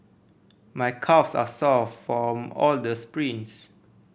my calves are sore from all the sprints